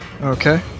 Okay